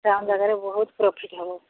town ଜାଗାରେ ବହୁତ profit ହେବ